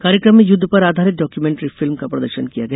कार्यक्रम में युद्ध पर आधारित डाक्यूमेंट्री फिल्म का प्रदर्शन किया गया